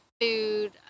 food